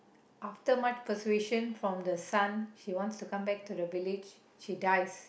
after much persuasion from the son she wants to come back to the village she dies